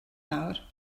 nawr